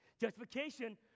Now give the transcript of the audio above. justification